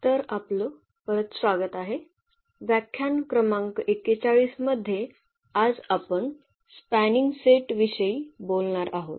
तर आपलं परत स्वागत आहे व्याख्यान क्रमांक 41 मध्ये आज आपण स्पॅनिंग सेट विषयी बोलणार आहोत